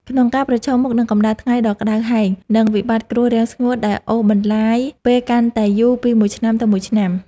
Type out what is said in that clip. ក្នុងការប្រឈមមុខនឹងកម្ដៅថ្ងៃដ៏ក្ដៅហែង និងវិបត្តិគ្រោះរាំងស្ងួតដែលអូសបន្លាយពេលកាន់តែយូរពីមួយឆ្នាំទៅមួយឆ្នាំ។